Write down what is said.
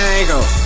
Angle